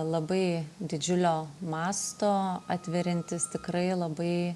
labai didžiulio masto atveriantys tikrai labai